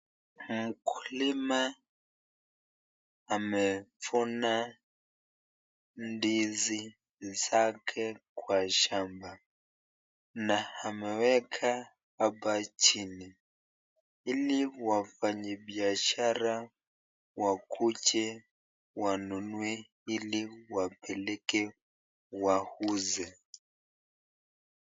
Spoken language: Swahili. Mkulima amevuna ndizi zake kwa shamba na ameweka hapa chini ili wafanyibiashara wakuje wanunue ili wapeleke wauze.